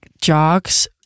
jogs